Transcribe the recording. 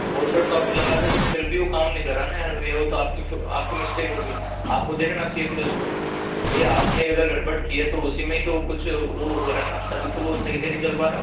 washer तो आपने लगाया था लेकिन फिर भी वो काम नहीं कर रहा ना यार भैया वो तो आपकी आपकी मिस्टेक हो गई आपको देखना चाहिए फिर उसको भैया आपने अगर गड़बड़ की है तो उसी में तो कुछ वो हो रहा है ना तभी तो वो सही से नहीं चल पा रहा